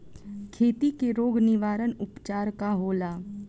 खेती के रोग निवारण उपचार का होला?